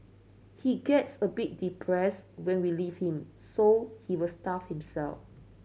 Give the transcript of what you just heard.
he gets a bit depressed when we leave him so he will starve himself